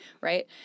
right